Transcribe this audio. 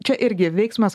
čia irgi veiksmas